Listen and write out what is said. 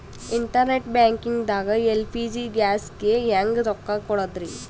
Internet banking ದಾಗ LPG ಗ್ಯಾಸ್ಗೆ ಹೆಂಗ್ ರೊಕ್ಕ ಕೊಡದ್ರಿ?